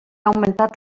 augmentat